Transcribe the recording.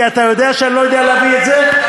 כי אתה יודע שאני לא יודע להביא את זה.